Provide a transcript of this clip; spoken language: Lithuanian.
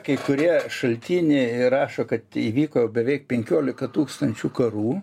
kai kurie šaltiniai rašo kad įvyko beveik penkiolika tūkstančių karų